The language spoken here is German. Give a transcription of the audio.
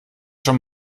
schon